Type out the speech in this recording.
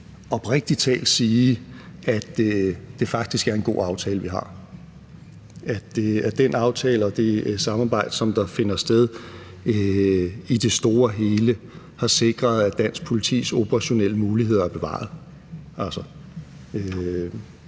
oprigtig talt sige, at det faktisk er en god aftale, vi har fået, at den aftale og det samarbejde, som finder sted, i det store hele har sikret, at dansk politis operationelle muligheder at bevaret.